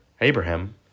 Abraham